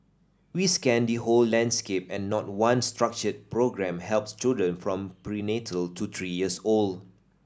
we scanned the whole landscape and not one structured programme helps children from prenatal to three years old